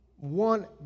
one